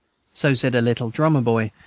so said a little drummer-boy,